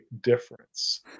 difference